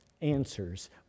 answers